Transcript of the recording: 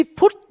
put